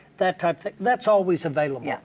that type thing. that's always available,